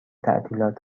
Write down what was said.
تعطیلات